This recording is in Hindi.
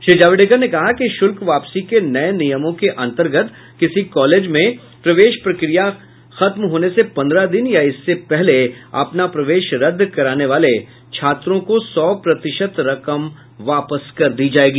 श्री जावड़ेकर ने कहा कि शुल्क वापसी के नये नियमों के अंतर्गत किसी कॉलेज में प्रवेश प्रक्रिया खत्म होने से पंद्रह दिन या इससे पहले अपना प्रवेश रद्द कराने वाले छात्रों को सौ प्रतिशत रकम वापस कर दी जायेगी